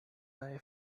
eye